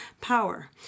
power